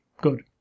good